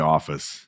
Office